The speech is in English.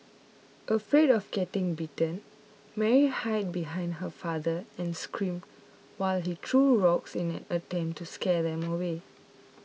afraid of getting bitten Mary hid behind her father and screamed while he threw rocks in an attempt to scare them away